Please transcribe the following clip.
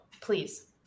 please